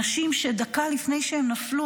אנשים שדקה לפני שהם נפלו,